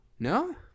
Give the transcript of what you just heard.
No